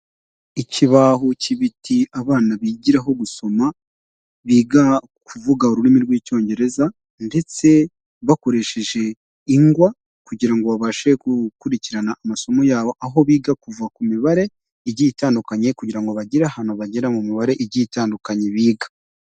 Ikibaho cy'ibiti abana bigiraho gusoma, biga kuvuga ururimi rw'icyongereza ndetse bakoresheje ingwa kugira ngo babashe gukurikirana amasomo yabo, aho biga kuva ku mibare igiye itandukanye kugira ngo bagire ahantu bagera mu mibare igiye itandukanye biga.